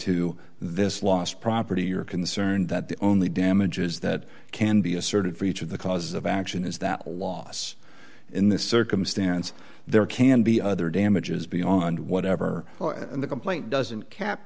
to this last property you're concerned that the only damages that can be asserted for each of the causes of action is that loss in this circumstance there can be other damages beyond whatever the complaint doesn't cap